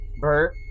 Bert